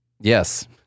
yes